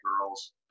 girls